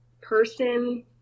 person